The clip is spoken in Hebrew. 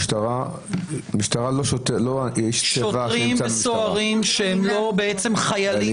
המשטרה לא --- שוטרים וסוהרים שהם לא בעצם חיילים